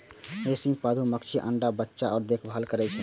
श्रमिक मधुमाछी अंडा आ बच्चाक देखभाल करै छै